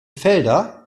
felder